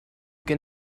can